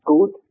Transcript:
Good